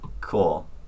Cool